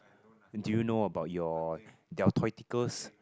do you know about your